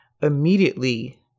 Immediately